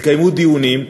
התקיימו דיונים,